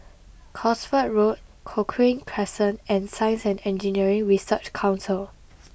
Cosford Road Cochrane Crescent and Science and Engineering Research Council